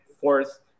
fourth